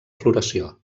floració